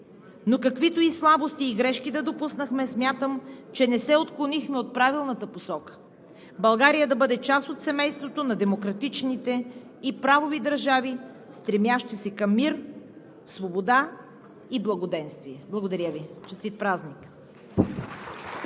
Но каквито и слабости и грешки да допуснахме, смятам, че не се отклонихме от правилната посока – България да бъде част от семейството на демократичните и правови държави, стремящи се към мир, свобода и благоденствие. Благодаря Ви. Честит празник!